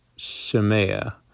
Shemaiah